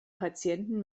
patienten